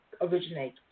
originate